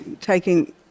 taking